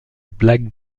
blagues